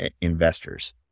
investors